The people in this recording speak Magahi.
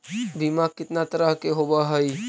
बीमा कितना तरह के होव हइ?